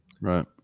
right